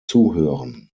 zuhören